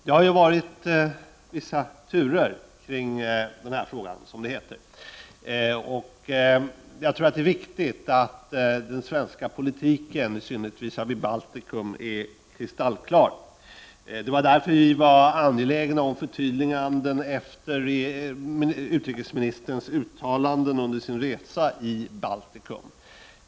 Det har ju förekommit, som det heter, vissa turer kring denna fråga, och jag tror att det är viktigt att den svenska politiken, i synnerhet visavi Baltikum, är kristallklar. Det var därför som vi var angelägna om förtydliganden efter utrikesministerns uttalanden under sin resa i Baltikum.